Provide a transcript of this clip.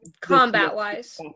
combat-wise